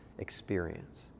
experience